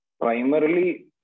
Primarily